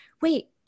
Wait